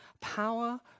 power